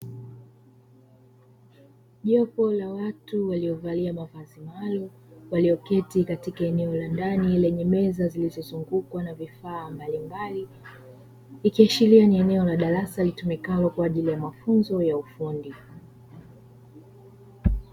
Jopo la watu waliovalia mavazi maalumu, walioketi katika eneo la ndani lenye meza zilizozungukwa na vifaa mbalimbali, ikiashiria ni eneo la darasa litumikalo kwa ajili ya mafunzo ya ufundi.